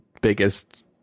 biggest